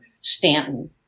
Stanton